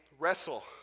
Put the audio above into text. Wrestle